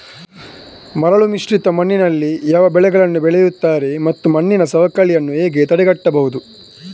ಮರಳುಮಿಶ್ರಿತ ಮಣ್ಣಿನಲ್ಲಿ ಯಾವ ಬೆಳೆಗಳನ್ನು ಬೆಳೆಯುತ್ತಾರೆ ಮತ್ತು ಮಣ್ಣಿನ ಸವಕಳಿಯನ್ನು ಹೇಗೆ ತಡೆಗಟ್ಟಬಹುದು?